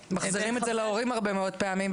מחזירים את זה להורים הרבה מאוד פעמים,